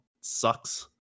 Sucks